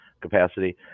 Capacity